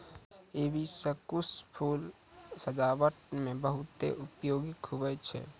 hibiscus फूल सजाबट मे बहुत उपयोगी हुवै छै